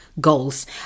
goals